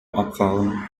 abfahren